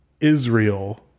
Israel